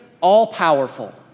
all-powerful